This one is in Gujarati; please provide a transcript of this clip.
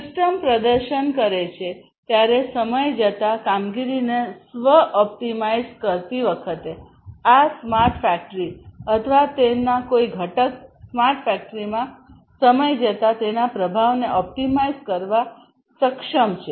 સિસ્ટમ પ્રદર્શન કરે છે ત્યારે સમય જતાં કામગીરીને સ્વ ઓપ્ટિમાઇઝ કરતી વખતે આ સ્માર્ટ ફેક્ટરી અથવા તેનો કોઈ ઘટક સ્માર્ટ ફેક્ટરીમાં સમય જતાં તેના પ્રભાવને ઓપ્ટિમાઇઝ કરવા સક્ષમ છે